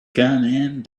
coming